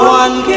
one